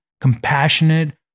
compassionate